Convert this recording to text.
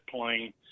plane